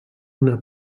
una